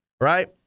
right